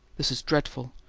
this is dreadful.